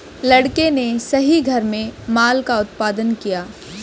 लड़के ने सही घर में माल का उत्पादन किया